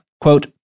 Quote